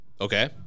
Okay